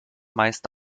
meist